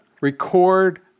record